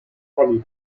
holiday